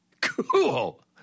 Cool